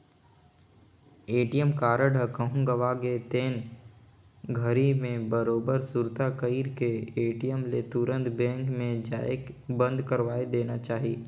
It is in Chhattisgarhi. ए.टी.एम कारड ह कहूँ गवा गे तेन घरी मे बरोबर सुरता कइर के ए.टी.एम ले तुंरत बेंक मे जायके बंद करवाये देना चाही